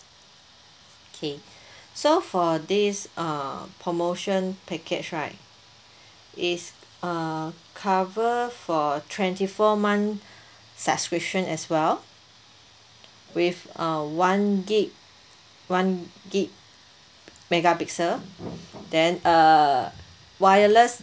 K so for this uh promotion package right it's uh cover for twenty four months subscription as well with uh one gig one gig mega pixel then uh wireless